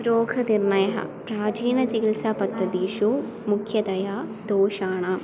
रोगनिर्णयः प्राचीनचिकित्सापद्धतीषु मुख्यतया दोषाणां